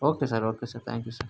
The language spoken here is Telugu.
okay sir okay sir thank you sir